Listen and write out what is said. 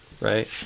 right